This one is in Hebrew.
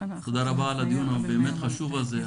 תודה רבה על הדיון הבאמת חשוב הזה.